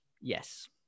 Yes